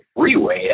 freeway